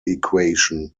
equation